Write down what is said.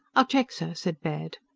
i'll check, sir, said baird.